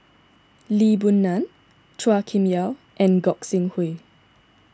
Lee Boon Ngan Chua Kim Yeow and Gog Sing Hooi